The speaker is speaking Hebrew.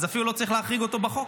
אז אפילו לא צריך להחריג אותו בחוק.